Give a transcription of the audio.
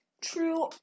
True